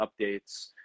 updates